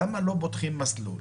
למה לא פותחים מסלול